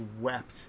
wept